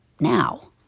now